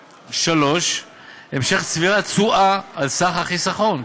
3. המשך צבירת תשואה על סך החיסכון,